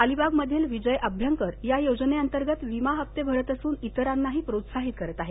अलिबाग मधील विजय अभ्यंकर या योजनेअंतर्गत विमा हते भरत असून इतरांनाही प्रोत्साहित करत आहेत